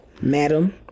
madam